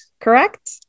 correct